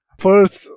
first